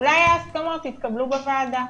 אולי ההסכמות יתקבלו בוועדה.